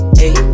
hey